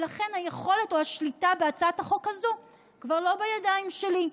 ולכן היכולת או השליטה בהצעת החוק הזו כבר לא בידיים שלי.